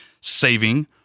saving